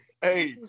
hey